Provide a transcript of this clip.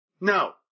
No